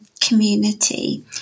community